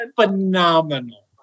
phenomenal